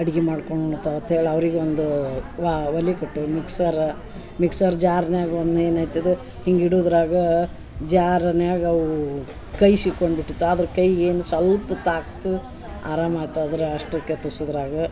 ಅಡ್ಗಿ ಮಾಡ್ಕೊಂಡು ಉಣ್ತವು ಅತ್ಹೇಳಿ ಅವ್ರಿಗೆ ಒಂದು ವಾ ಒಲೆ ಕೊಟ್ವು ಮಿಕ್ಸರ ಮಿಕ್ಸರ್ ಜಾರ್ನ್ಯಾಗ್ ಒಂದು ಏನೈತು ಅದು ಹಿಂಗ್ ಇಡುದ್ರಾಗಾ ಜಾರ್ನ್ಯಾಗ್ ಅವೂ ಕೈ ಸಿಕ್ಕೊಂಡು ಬಿಟ್ಟಿತಿ ಆದ್ರ ಕೈಗೆ ಏನು ಸಲ್ಪತಾಗ್ತ ಆರಾಮು ಆತು ಅದ್ರ ಅಷ್ಟಕ್ಕೆ ತುಸುದ್ರಾಗ